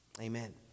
Amen